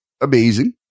amazing